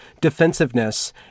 defensiveness